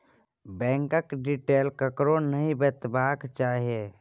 बैंकक डिटेल ककरो नहि बतेबाक चाही